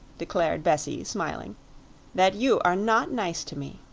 declared bessie, smiling that you are not nice to me.